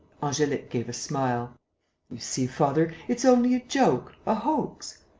angelique gave a smile you see, father, it's only a joke, a hoax.